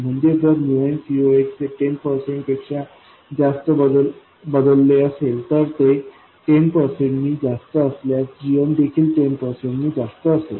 म्हणजे जर nCoxहे 10 पर्सेंट पेक्षा जास्त बदलले असेल जर ते 10 पर्सेंट नी जास्त असल्यास gmदेखील 10 पर्सेंट नी जास्त असेल